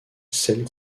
celle